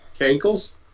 Ankles